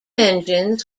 engines